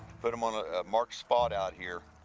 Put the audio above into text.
put em on a marked spot out here.